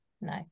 no